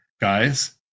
guys